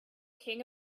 king